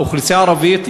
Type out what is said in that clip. האוכלוסייה הערבית,